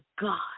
God